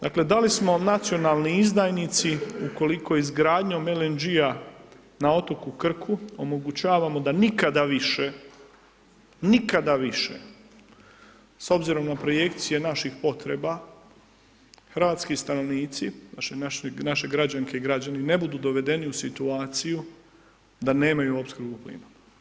Dakle, da li smo nacionalni izdajnici, ukoliko izgradnjom LNG-a, na otoku Krku, omogućavamo da nikada više, nikada više, s obzirom na projekcije naših potreba, hrvatski stanovnici, naši građanke i grani ne budu dovedeni u situaciju da nemaju opskrbu plina.